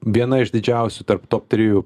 viena iš didžiausių tarp top trijų